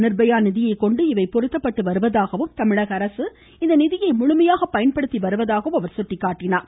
நிர்பயா நிதியை கொண்டு இவை பொருத்தப்பட்டுவருவதாகவும் தமிழக அரசு இந்த நிதியை முழுமையாக பயன்படுத்திவருவதாகவும் அவர் கூறினார்